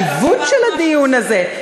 גם הקטנות והעליבות של הדיון הזה,